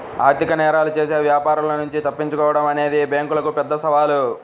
ఆర్థిక నేరాలు చేసే వ్యాపారుల నుంచి తప్పించుకోడం అనేది బ్యేంకులకు పెద్ద సవాలు